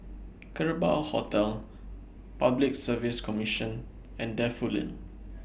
Kerbau Hotel Public Service Commission and Defu Lane